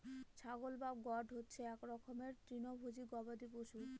ছাগল বা গোট হচ্ছে এক রকমের তৃণভোজী গবাদি পশু